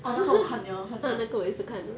orh 那个我看了我看了